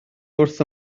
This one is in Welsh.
wrth